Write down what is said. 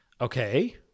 Okay